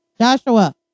joshua